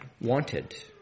wanted